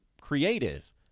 creative